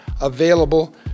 available